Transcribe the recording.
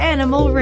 Animal